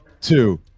Two